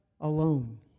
alone